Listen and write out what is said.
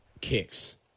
kicks